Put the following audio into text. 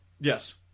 Yes